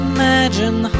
Imagine